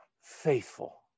faithful